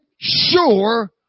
sure